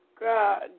God